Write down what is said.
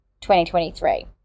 2023